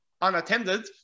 unattended